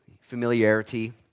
Familiarity